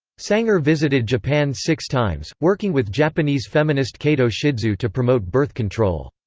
sanger visited japan six times, working with japanese feminist kato shidzue to promote birth control.